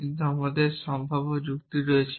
কিন্তু আমাদের সম্ভাব্য যুক্তি আছে